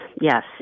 yes